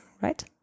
right